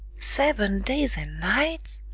seven days and nights?